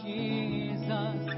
Jesus